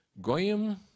Goyim